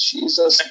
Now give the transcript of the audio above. Jesus